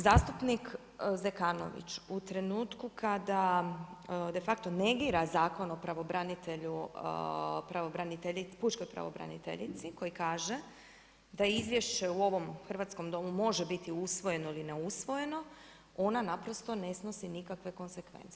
Zastupnik Zekanović, u trenutku kada de facto negira Zakon o pravobranitelju, pučkoj pravobraniteljici, koji kaže, da je izvješće u ovom Hrvatskom domu može biti usvojeno ili ne usvojeno, ono naprosto ne snosi nikakve konsekvence.